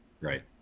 right